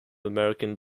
american